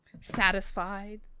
Satisfied